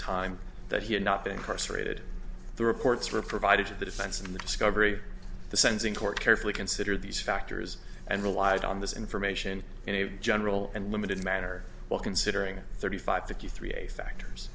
time that he had not been incarcerated the reports were provided to the defense and the discovery the sense in court carefully considered these factors and relied on this information in a general and limited manner well considering thirty five fifty three a factors